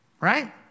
right